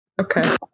Okay